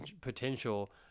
potential